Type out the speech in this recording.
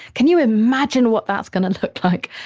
can you imagine what that's going to look like?